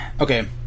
Okay